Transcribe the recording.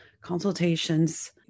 consultations